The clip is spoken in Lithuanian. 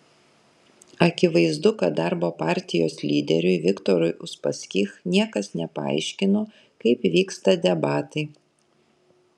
akivaizdu kad darbo partijos lyderiui viktorui uspaskich niekas nepaaiškino kaip vyksta debatai